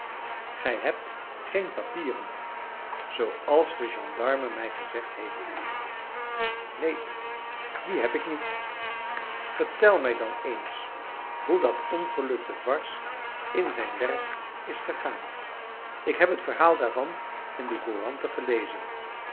gij hebt geen papieren zooals de gendarme mij gezegd heeft neen die heb ik niet vertel mij dan eens hoe dat ongeluk te varses in zijn werk is gegaan ik heb het verhaal daarvan in de couranten gelezen